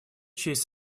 честь